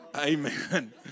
Amen